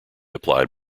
applied